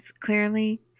clearly